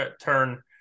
turn